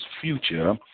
future